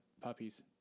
Puppies